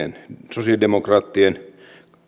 sosialidemokraattien